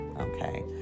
okay